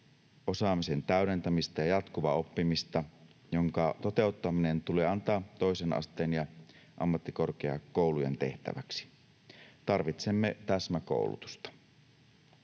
osaamisen täydentämistä ja jatkuvaa oppimista, jonka toteuttaminen tulee antaa toisen asteen ja ammattikorkeakoulujen tehtäväksi. Tarvitsemme täsmäkoulutusta.